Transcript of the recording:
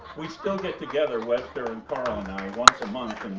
we still get together, webster, and carl and i once a month